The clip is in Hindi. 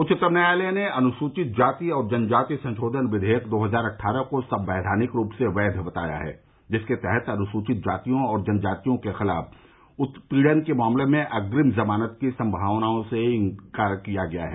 उच्चतम न्यायालय ने अनुसूचित जाति और जनजाति संशोधन विधेयक दो हजार अट्ठारह को संवैधानिक रूप से वैध बताया है जिसके तहत अनुसूचित जातियों और जनजातियों के खिलाफ उत्पीड़न के मामले में अग्रिम जमानत की संभावनाओं से इंकार किया गया है